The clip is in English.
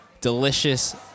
delicious